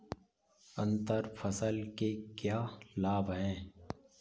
अंतर फसल के क्या लाभ हैं?